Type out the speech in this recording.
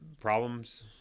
problems